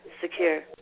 secure